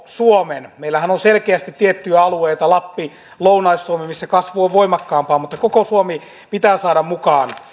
suomen meillähän on selkeästi tiettyjä alueita lappi lounais suomi missä kasvu on voimakkaampaa mutta koko suomi pitää saada mukaan